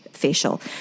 facial